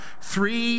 three